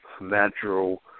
natural